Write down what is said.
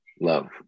love